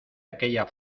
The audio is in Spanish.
aquella